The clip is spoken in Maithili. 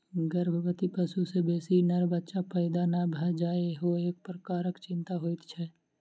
गर्भवती पशु सॅ बेसी नर बच्चा नै भ जाय ईहो एक प्रकारक चिंता होइत छै